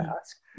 ask